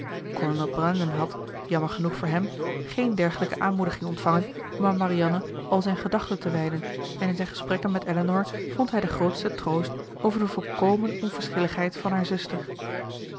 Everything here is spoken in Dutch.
kolonel brandon had jammer genoeg voor hem geen dergelijke aanmoediging ontvangen om aan marianne al zijn gedachten te wijden en in zijn gesprekken met elinor vond hij den grootsten troost over de volkomen onverschilligheid van haar zuster